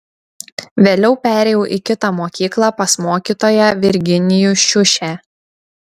vėliau perėjau į kitą mokyklą pas mokytoją virginijų šiušę